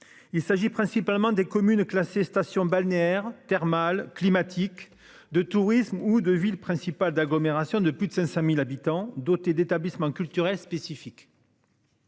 Il s'agit principalement des communes classées stations balnéaires, thermales, climatiques de tourisme ou de villes principales d'agglomérations de plus de 500.000 habitants doté d'établissements culturels spécifiques.